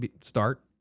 start